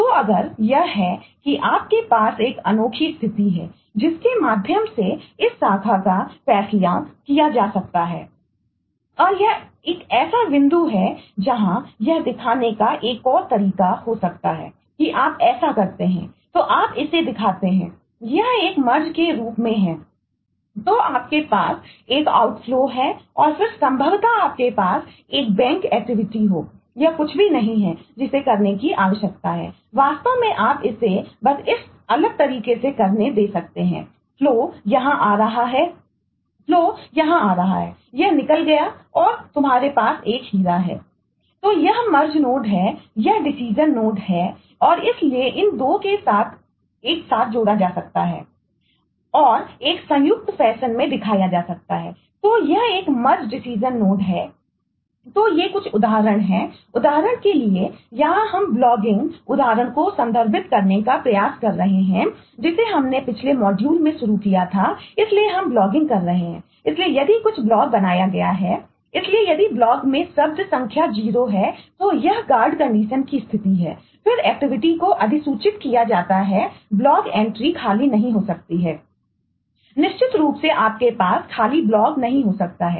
तो अगर यह है कि आपके पास एक अनोखी स्थिति है जिसके माध्यम से इस शाखा का फैसला किया जा सकता है और यह एक ऐसा बिंदु है जहां यह दिखाने का एक और तरीका यह हो सकता है कि आप ऐसा करते हैं तो आप इसे दिखाते हैं यह एक मर्ज के रूप में है तो आपके पास एक आउटफ्लो यहाँ आ रहा है यह निकल गया और तुम्हारे पास एक और हीरा है तो यह मर्ज नोडखाली नहीं हो सकती है निश्चित रूप से आपके पास खाली ब्लॉग नहीं हो सकता है